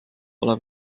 pole